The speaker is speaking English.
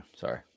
Sorry